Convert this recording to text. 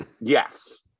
Yes